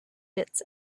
bits